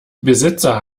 besitzer